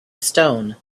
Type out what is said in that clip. stone